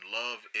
love